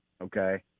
okay